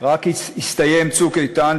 רק הסתיים "צוק איתן",